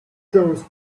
those